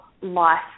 life